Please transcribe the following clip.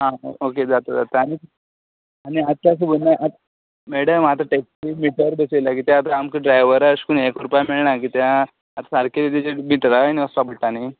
आं हां ओके जाता जाता आनी आनी आजच्या खबर ना मेडम आतां टेक्सी मिटर बसयल्यात कित्याक आमकां ड्रायव्हर अशें यें करून करपा मेळना कित्याक आतां सारकें विजीट भितरल्या वचपाक पडटा न्ही